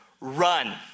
run